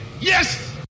yes